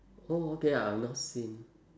oh okay I have not seen